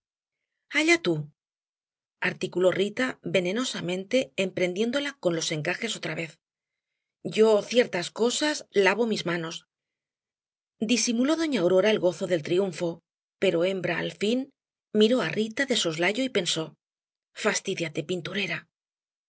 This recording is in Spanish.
allá tú articuló rita venenosamente emprendiéndola con los encajes otra vez yo ciertas cosas lavo mis manos disimuló doña aurora el gozo del triunfo pero hembra al fin miró á rita de soslayo y pensó fastídiate pinturera